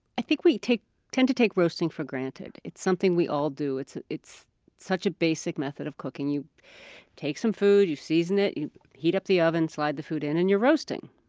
i think we tend to take roasting for granted. it's something we all do it's it's such a basic method of cooking. you take some food, you season it, you heat up the oven, slide the food in and you're roasting.